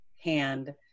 hand